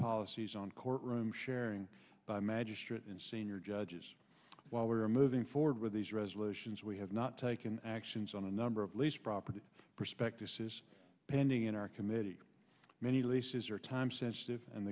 policies on courtroom sharing by magistrate and senior judges while we are moving forward with these resolutions we have not taken actions on a number of least property prospectuses pending in our committee many leases are time sensitive and